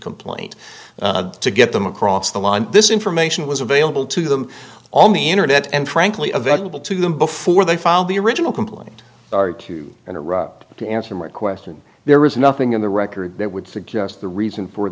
complaint to get them across the line this information was available to them on the internet and frankly a vegetable to them before they found the original complaint and iraq to answer my question there is nothing in the record that would suggest the reason for